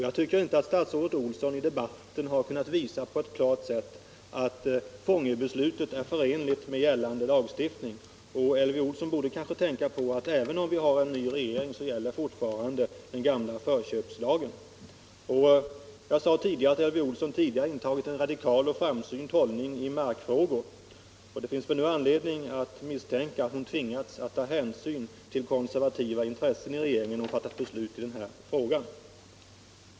Jag tycker inte att statsrådet Olsson i debatten på ett klart sätt har kunnat visa att Fångöbeslutet är förenligt med gällande lagstiftning. Elvy Olsson borde kanske tänka på att även om vi haren ny regering gäller fortfarande den gamla förköpslagen. Jag sade förut att Elvy Olsson tidigare intagit en radikal och framsynt hållning i markfrågor, men det finns nu anledning misstänka att hon tvingats att ta hänsyn till konservativa intressen i regeringen när hon fattat beslut i den här frågan.